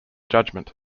judgement